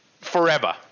forever